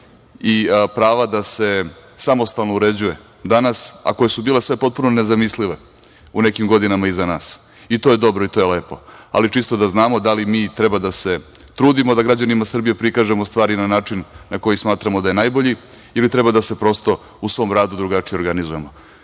i prava da se samostalno uređuje, danas, a koja su bila potpuno nezamisliva u nekim godinama iza nas i to je dobro i to je lepo, ali čisto da znamo da li mi treba da se trudimo da građanima Srbije prikažemo stvari na način na koji smatramo da je najbolji ili treba da se prosto u svom radu drugačije organizujemo? Dakle,